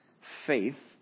faith